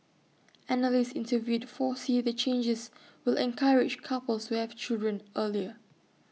analysts interviewed foresee the changes will encourage couples to have children earlier